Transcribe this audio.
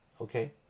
Okay